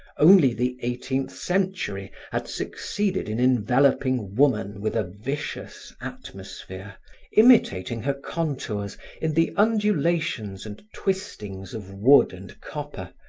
only the eighteenth century had succeeded in enveloping woman with a vicious atmosphere imitating her contours in the undulations and twistings of wood and copper,